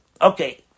okay